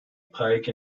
pike